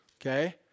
okay